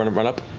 and run up.